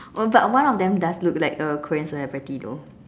oh but one of them does look like a Korean celebrity though